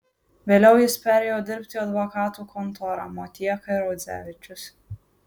vėliau jis perėjo dirbti į advokatų kontorą motieka ir audzevičius